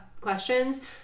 questions